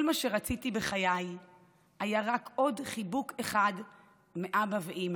כל מה שרציתי בחיי היה רק עוד חיבוק מאבא ואימא.